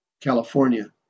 California